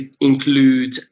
include